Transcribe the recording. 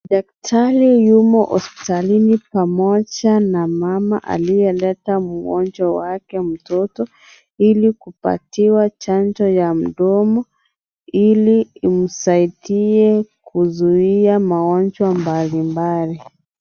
Daktari yumo hospitalini pamoja na mama aliyeleta mgonjwa wake mtoto ili kupewa Chanjo ya mdomo ili imsaidie kuzuia magonjwa mbalimbali.